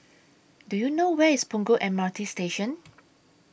Do YOU know Where IS Punggol M R T Station